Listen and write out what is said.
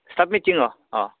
staff मिटिंआव अ